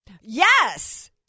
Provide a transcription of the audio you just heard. Yes